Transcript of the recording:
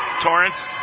Torrance